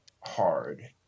hard